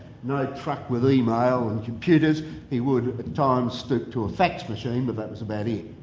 no truck with email and computers he would at times stoop to a fax machine, but that was about it.